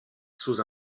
sous